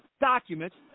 documents